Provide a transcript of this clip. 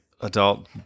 adult